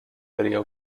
video